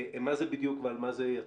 מה זה בדיוק ועל מה זה יצא.